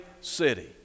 city